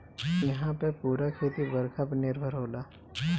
इहां पअ पूरा खेती बरखा पे निर्भर होला